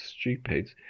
stupid